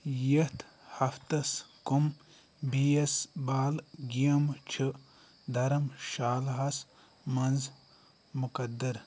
یتھ ہفتس کُم بیس بال گیمہٕ چھِ درم شالہس منٛز مُقدر